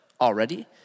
already